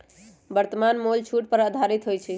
वर्तमान मोल छूट पर आधारित होइ छइ